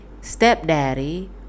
stepdaddy